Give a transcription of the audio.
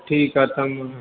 ठीकु आहे टर्म हुन में